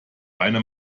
eine